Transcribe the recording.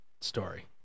story